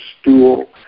stool